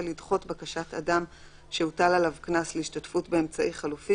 לדחות בקשת אדם שהוטל עליו קנס להשתתפות באמצעי חלופי,